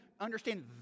understand